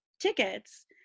tickets